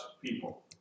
people